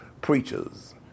preachers